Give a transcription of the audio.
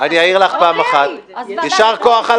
יישר כוח על